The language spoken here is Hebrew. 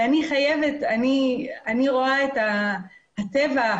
אני רואה את הטבע,